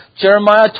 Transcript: Jeremiah